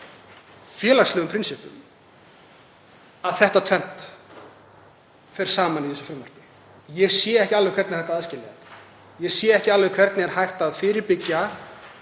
félagslegum prinsippum, að þetta tvennt fer saman í þessu frumvarpi. Ég sé ekki alveg hvernig hægt er að aðskilja þetta, ég sé ekki hvernig hægt er að fyrirbyggja